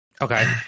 Okay